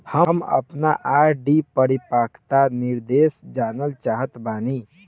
हम आपन आर.डी के परिपक्वता निर्देश जानल चाहत बानी